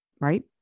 right